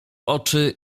oczy